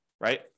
right